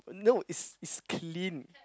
no it's it's clean